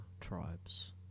tribes